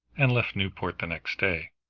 and left newport the next day.